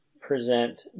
present